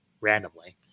randomly